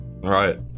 Right